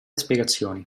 spiegazioni